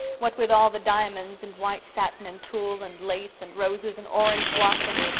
what with all the diamonds and white satin and tulle and lace and roses and orange blossoms,